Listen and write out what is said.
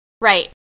Right